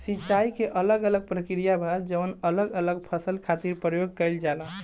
सिंचाई के अलग अलग प्रक्रिया बा जवन अलग अलग फसल खातिर प्रयोग कईल जाला